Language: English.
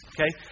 Okay